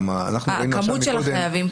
כמות החייבים.